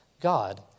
God